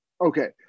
Okay